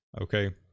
Okay